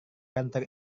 kantor